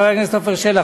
חבר הכנסת עפר שלח,